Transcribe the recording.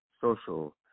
social